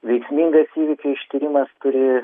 veiksmingas įvykių ištyrimas turi